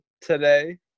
today